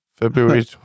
February